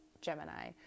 Gemini